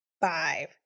Five